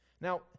now